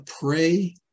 pray